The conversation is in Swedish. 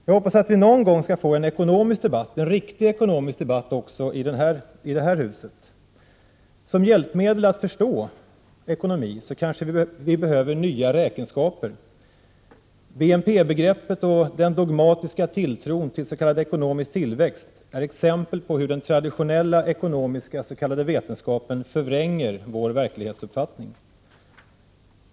Jag hoppas att vi någon gång skall få en ekonomisk debatt — en riktig ekonomisk debatt — också i det här huset. Som hjälpmedel att förstå ekonomi kanske vi behöver nya räkenskaper; BNP-begreppet och den dogmatiska tilltron till s.k. ekonomisk tillväxt är exempel på hur den traditionella ekonomiska s.k. vetenskapen förvränger vår verklighetsuppfattning.